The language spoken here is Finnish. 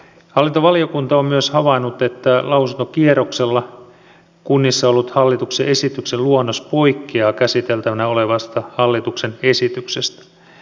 hallintovaliokunta on myös havainnut että lausuntokierroksella kunnissa ollut hallituksen esityksen luonnos poikkeaa käsiteltävänä olevasta hallituksen esityksestä